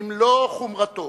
במלוא חומרתו